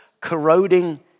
corroding